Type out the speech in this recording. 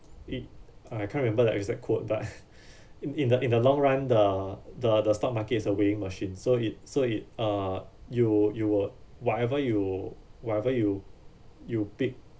it ah I can't remember lah exact quote but in in the in the long run the the the stock market is a weighing machine so it so it uh you'll you will whatever you whatever you you pick